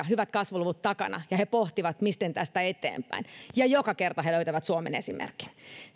hyvät kasvuluvut takana ja he pohtivat miten tästä eteenpäin ja joka kerta he löytävät suomen esimerkin